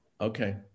Okay